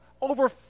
over